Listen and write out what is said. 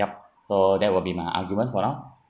yup so that will be my argument for now